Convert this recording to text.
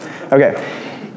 Okay